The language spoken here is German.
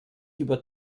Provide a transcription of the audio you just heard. über